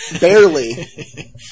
Barely